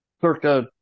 circa